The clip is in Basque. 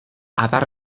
adar